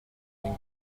from